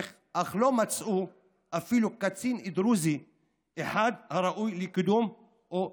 איך לא מצאו אפילו קצין דרוזי אחד הראוי לקידום או למינוי?